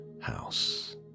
house